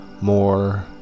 more